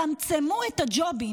צמצמו את הג'ובים.